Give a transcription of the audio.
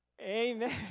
amen